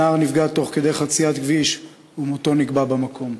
הנער נפגע תוך כדי חציית כביש ומותו נקבע במקום.